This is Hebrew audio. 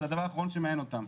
זה הדבר האחרון שמעניין אותם.